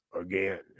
again